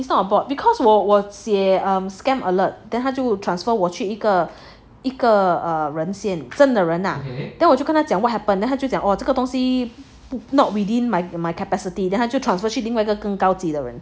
it's not bot because 我我写 scam alert then 他就 transfer 我去一个一个人先真的人啊 then 我就跟他讲 what happened then 他就讲哦这个东西 not within my my capacity then 他就 transfer 去另外一个更高级的人